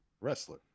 wrestler